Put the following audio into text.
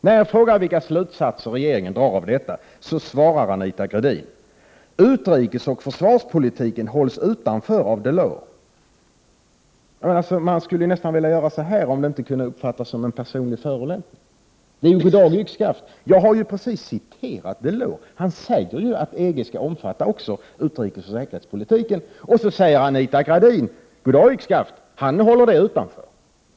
När jag frågar vilka slutsatser regeringen drar av detta, svarar Anita Gradin: ”Utrikesoch försvarspolitiken hålls utanför av Delors.” Det är ju ”goddag—yxskaft”. Jag har ju precis citerat Delors. Han säger att EG skall omfatta också utrikesoch säkerhetspolitiken. Och så säger Anita Gradin: Goddag—-yxskaft, han håller det utanför.